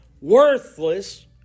worthless